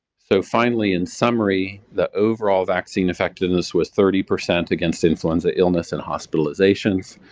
so, finally in summary, the overall vaccine effectiveness was thirty percent against influenza illness and hospitalizations,